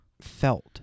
felt